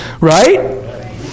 Right